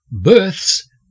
Births